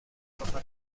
papá